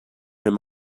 him